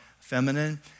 feminine